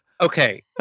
Okay